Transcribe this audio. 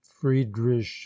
friedrich